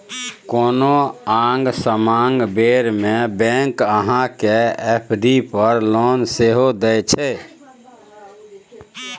कोनो आंग समांग बेर मे बैंक अहाँ केँ एफ.डी पर लोन सेहो दैत यै